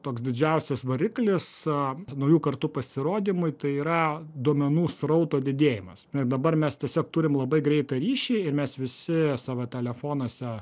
toks didžiausias variklis a naujų kartų pasirodymui tai yra duomenų srauto didėjimas na ir dabar mes tiesiog turim labai greitą ryšį ir mes visi savo telefonuose